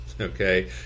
Okay